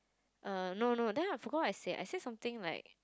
err no no then I forget I said I said something like